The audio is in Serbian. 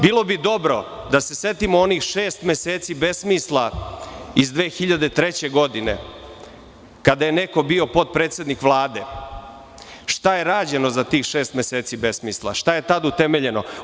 Bilo bi dobro da se setimo onih šest meseci besmisla iz 2003. godine, kada je neko bio potpredsednik Vlade, šta je rađeno za tih šest meseci besmisla, šta je tada utemeljeno?